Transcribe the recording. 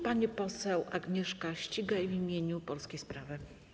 Pani poseł Agnieszka Ścigaj w imieniu koła Polskie Sprawy.